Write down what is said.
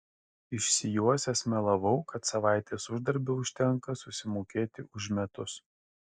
išsijuosęs melavau kad savaitės uždarbio užtenka susimokėti už metus